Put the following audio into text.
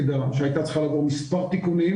שהייתה צריכה לעבור מספר תיקונים